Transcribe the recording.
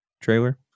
trailer